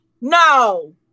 No